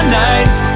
nights